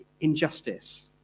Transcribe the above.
injustice